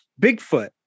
Bigfoot